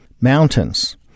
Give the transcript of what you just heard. mountains